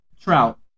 Trout